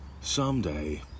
Someday